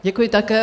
Děkuji také.